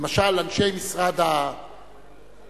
למשל, אנשי משרד הדתות,